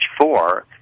four